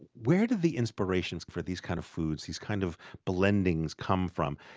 where do the inspirations for these kind of foods, these kind of blendings come from?